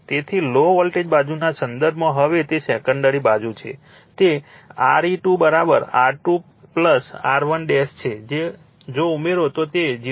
તેથી low voltage બાજુના સંદર્ભમાં હવે તે સેકન્ડરી બાજુ છે તે RE2 R2 R1 છે જો તે ઉમેરો તો તે 0